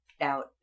out